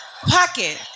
Pocket